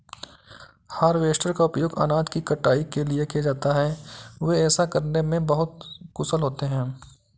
harvester का उपयोग अनाज की कटाई के लिए किया जाता है, वे ऐसा करने में बहुत कुशल होते हैं